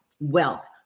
wealth